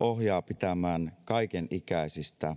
ohjaa pitämään kaikenikäisistä